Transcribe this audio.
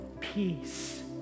peace